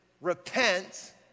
Repent